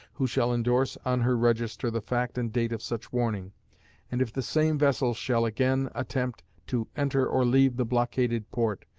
who shall indorse on her register the fact and date of such warning and if the same vessel shall again attempt to enter or leave the blockaded port,